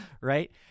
Right